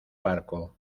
barco